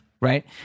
right